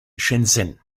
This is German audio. shenzhen